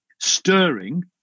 stirring